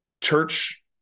church